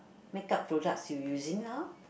makeup product you using now